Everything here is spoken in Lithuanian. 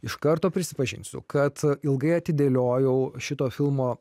iš karto prisipažinsiu kad ilgai atidėliojau šito filmo